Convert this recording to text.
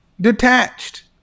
detached